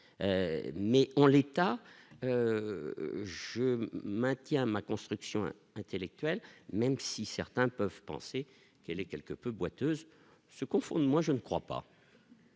Mais en l'état, je maintiens ma construction intellectuelle, même si certains peuvent penser qu'elle est quelque peu boiteuses se confondent, moi je ne crois pas.